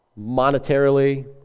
monetarily